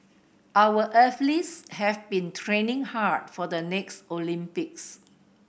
our athletes have been training hard for the next Olympics